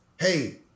Hey